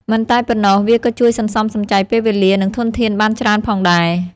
មិនតែប៉ុណ្ណោះ វាក៏ជួយសន្សំសំចៃពេលវេលា និងធនធានបានច្រើនផងដែរ។